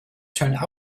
turned